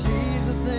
Jesus